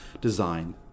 design